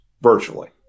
virtually